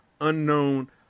unknown